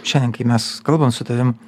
šiandien kai mes kalbam su tavim